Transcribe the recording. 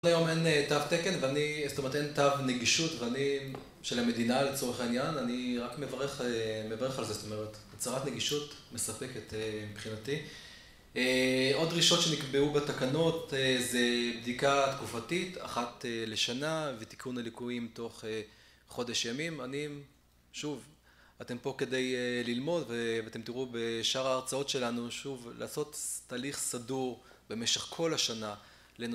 עד היום אין תו תקן ואני, זאת אומרת, אין תו נגישות, ואני... של המדינה לצורך העניין, אני רק מברך על זה, זאת אומרת, הצהרת נגישות מספקת מבחינתי. עוד דרישות שנקבעו בתקנות, זה בדיקה תקופתית, אחת לשנה, ותיקון הליקויים תוך חודש ימים. אני, שוב, אתם פה כדי ללמוד ואתם תראו בשאר ההרצאות שלנו, שוב, לעשות תהליך סדור במשך כל השנה, לנו...